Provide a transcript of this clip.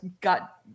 got